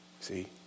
See